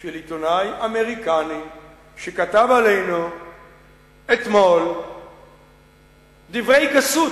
של עיתונאי אמריקני שכתב עלינו אתמול דברי גסות,